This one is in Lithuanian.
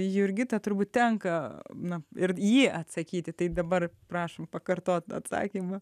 jurgita turbūt tenka na ir jį atsakyti tai dabar prašom pakartot atsakymą